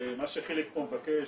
מה שחיליק מבקש,